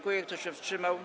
Kto się wstrzymał?